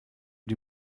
die